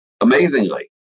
amazingly